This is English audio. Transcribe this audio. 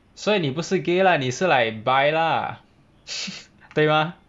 所以你不是 gay lah 你是 like bisexual lah 对吗